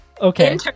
Okay